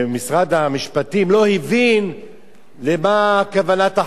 משרד המשפטים, לא הבינו למה כוונת החוק.